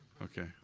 okay,